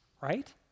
right